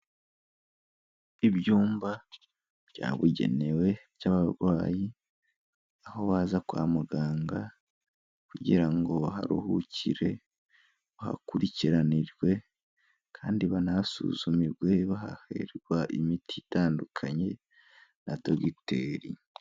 Ibyumba byabugenewe by'abarwayi, aho baza kwa muganga kugira ngo baharuhukire, bahakurikiranirwe kandi banahasuzumirwe, bahahererwa imiti itandukanye na dogiteri.